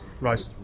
Right